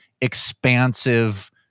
expansive